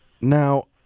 Now